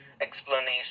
explanation